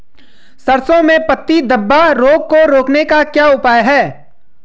सरसों में पत्ती धब्बा रोग को रोकने का क्या उपाय है?